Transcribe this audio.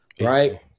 right